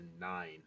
nine